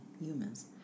humans